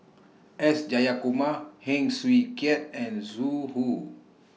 S Jayakumar Heng Swee Keat and Zhu Hu